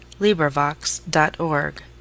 LibriVox.org